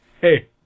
Hey